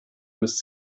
müsst